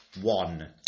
one